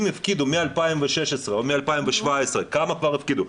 אם הפקידו מ-2016 או מ-2017, כמה כבר הפקידו?